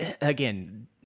again